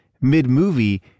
mid-movie